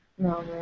No